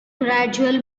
gradual